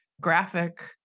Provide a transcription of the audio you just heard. graphic